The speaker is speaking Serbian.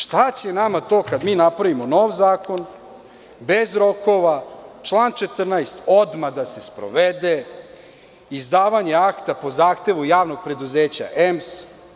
Šta će nama to, kada mi napravimo nov zakon, bez rokova, član 14. odmah da se sprovede, izdavanje akta po zahtevu javnog preduzeća EMS.